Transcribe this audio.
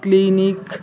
clinic